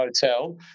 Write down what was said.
hotel